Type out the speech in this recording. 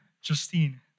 Justine